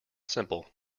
simple